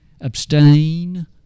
Abstain